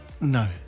no